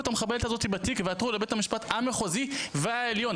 את המחבלת הזאת בתיק ועתרו לבית המשפט המחוזי והעליון.